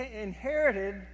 inherited